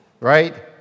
right